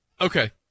Okay